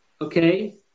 Okay